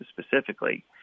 specifically